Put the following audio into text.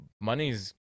money's